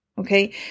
okay